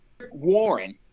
warren